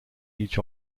each